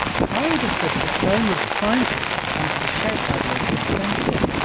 how does the persona of the scientist come to be shaped by the eighteenth century?